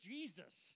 Jesus